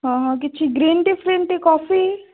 ହଁ ହଁ କିଛି ଗ୍ରିନ୍ ଟି ଫ୍ରିନ୍ ଟି କଫି